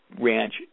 ranch